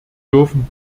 dürfen